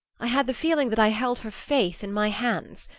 i had the feeling that i held her faith in my hands,